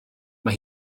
mae